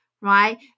right